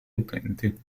utenti